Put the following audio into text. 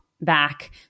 back